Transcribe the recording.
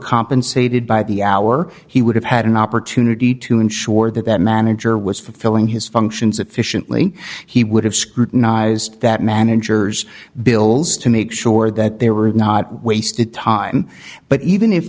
compensated by the hour he would have had an opportunity to ensure that that manager was fulfilling his functions efficiently he would have scrutinized that managers bills to make sure that they were not wasted time but even if